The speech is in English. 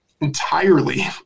entirely